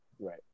Right